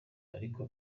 ariko